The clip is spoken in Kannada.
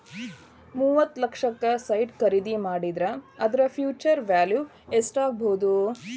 ಮೂವತ್ತ್ ಲಕ್ಷಕ್ಕ ಸೈಟ್ ಖರಿದಿ ಮಾಡಿದ್ರ ಅದರ ಫ್ಹ್ಯುಚರ್ ವ್ಯಾಲಿವ್ ಯೆಸ್ಟಾಗ್ಬೊದು?